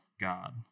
God